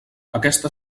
aquesta